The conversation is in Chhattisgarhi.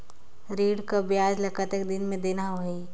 ऋण कर ब्याज ला कतेक दिन मे देना होही?